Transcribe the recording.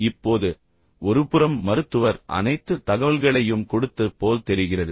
இப்போது ஒருபுறம் மருத்துவர் அனைத்து தகவல்களையும் கொடுத்தது போல் தெரிகிறது